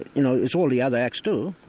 you know it's all the other acts too,